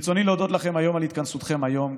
ברצוני להודות לכם על התכנסותכם היום.